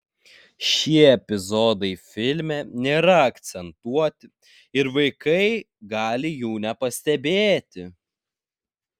šie epizodai filme nėra akcentuoti ir vaikai gali jų nepastebėti